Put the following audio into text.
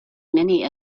many